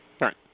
Right